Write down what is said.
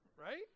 right